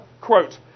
quote